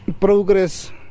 progress